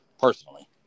personally